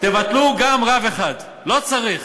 תבטלו גם רב אחד, לא צריך,